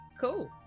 cool